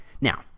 Now